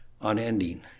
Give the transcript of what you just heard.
unending